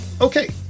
Okay